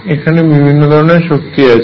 এখানে বিভিন্ন ধরনের শক্তি আছে